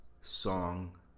song